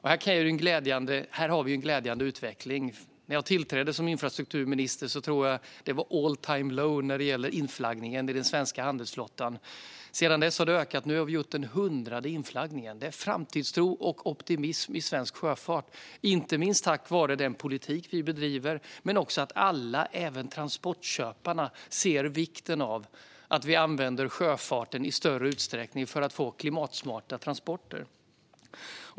Här har vi en glädjande utveckling. När jag tillträdde som infrastrukturminister tror jag att det var all-time-low när det gäller inflaggningen till den svenska handelsflottan. Sedan dess har det ökat. Nu har vi gjort den 100:e inflaggningen. Det är framtidstro och optimism i svensk sjöfart, inte minst tack vare den politik vi bedriver, men det handlar också om att alla, även transportköparna, ser vikten av att vi använder sjöfarten i större utsträckning för att få klimatsmarta transporter.